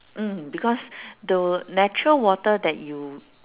mm because the natural water that you